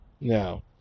Now